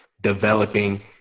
developing